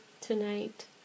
tonight